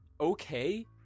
Okay